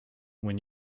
when